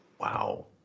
Wow